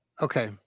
Okay